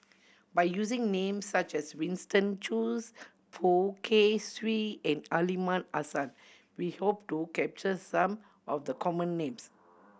by using names such as Winston Choos Poh Kay Swee and Aliman Assan we hope to capture some of the common names